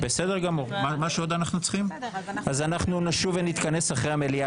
אז אנחנו נשוב ונתכנס עשר דקות אחרי המליאה,